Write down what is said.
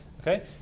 Okay